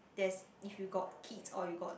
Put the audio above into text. there's if you got kids or you got